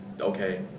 Okay